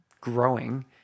growing